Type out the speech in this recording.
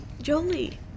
Jolie